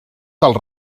dels